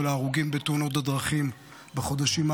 ההרוגים בתאונות הדרכים בחודשים האחרונים.